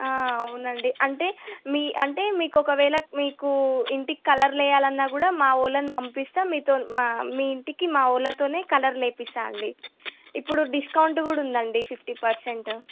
అవునండి అంటే మీ అంటే మీకు ఒకవేళ మీకు ఇంటికి కలర్ వేయాలన్న కూడా మా వాళ్ళని పంపిస్తాం మీతో మా మీ ఇంటికి మా వాళ్ళతో కలర్లు వేపిస్తానండి ఇప్పుడు డిస్కౌంట్ కూడా ఉందండి ఫిఫ్టీ పర్సెంట్